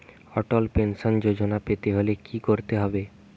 অটল Pension Yojana পেতে হলে কি করতে হবে?